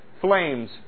flames